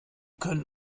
können